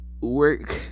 work